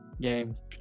games